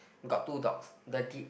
got two dogs the di~